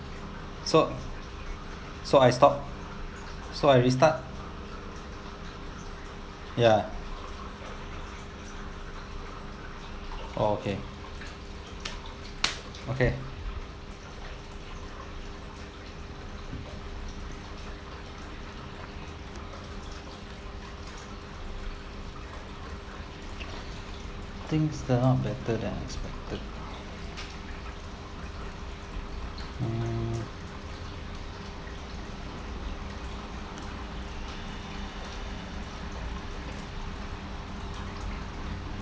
so so I stop so I restart ya oh okay okay things turn out better than I expected hmm